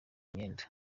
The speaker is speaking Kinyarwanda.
imyenda